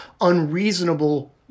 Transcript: unreasonable